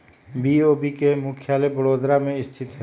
BOB के मुख्यालय बड़ोदरा में स्थित हइ